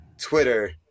Twitter